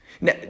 Now